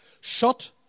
Shut